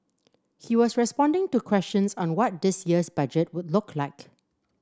he was responding to questions on what this year's budget would look like